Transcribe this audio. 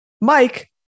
Mike